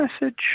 message